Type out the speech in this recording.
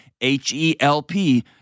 H-E-L-P